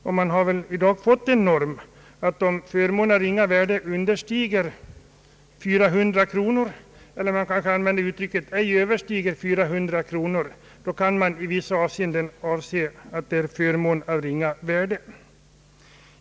Vi har ju normen att om förmån av »ringa värde» ej överstiger 400 kronor kan man i vissa avseenden anse att det är en förmån av ringa värde, varför den ej blir föremål för beskattning.